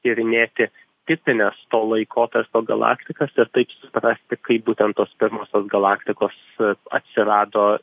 tyrinėti tipines to laikotarpio galaktikas ir taip suprasti kaip būtent tos pirmosios galaktikos atsirado